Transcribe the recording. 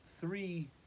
three